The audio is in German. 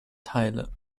teile